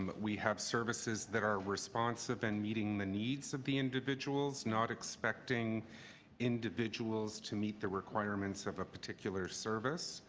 but we have services that are responsive and meeting the needs of the individuals, not expecting individuals to meet the requirements of a particular service.